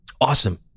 awesome